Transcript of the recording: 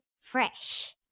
Fresh